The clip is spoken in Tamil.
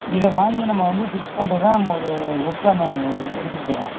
இதை வாங்கி நம்ம வந்து ஃபிக்ஸ் பண்ணுறதுதான் நம்ம ஒரு ஒர்க்காக எடுத்துக்க போகிறோம்